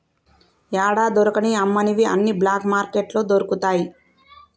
యాడా దొరకని అమ్మనివి అన్ని బ్లాక్ మార్కెట్లో దొరుకుతయి